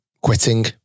quitting